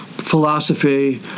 philosophy